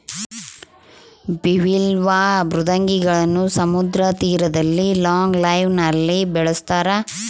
bivalve ಮೃದ್ವಂಗಿಗಳನ್ನು ಸಮುದ್ರ ತೀರದಲ್ಲಿ ಲಾಂಗ್ ಲೈನ್ ನಲ್ಲಿ ಬೆಳಸ್ತರ